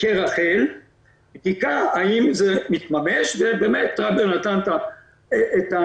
כמו רח"ל בדיקה האם זה מתממש ובאמת בצלאל נתן את הדוגמה